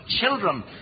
children